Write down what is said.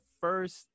first